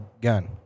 gun